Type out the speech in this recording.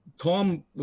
Tom